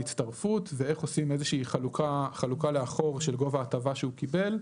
הצטרפות ואיך עושים איזושהי חלוקה לאחור של גובה ההטבה שהוא קיבל.